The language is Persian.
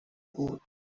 بود